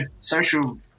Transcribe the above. social